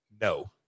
No